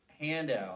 handout